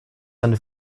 eine